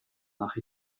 nach